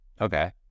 Okay